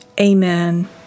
Amen